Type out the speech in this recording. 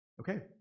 Okay